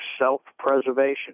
self-preservation